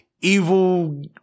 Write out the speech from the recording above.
evil